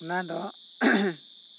ᱚᱱᱟ ᱫᱚ